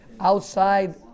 outside